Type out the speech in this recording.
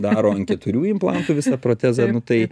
daro ant keturių implantų visą protezą nu tai